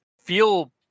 feel